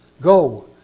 Go